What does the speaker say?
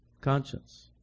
conscience